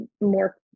more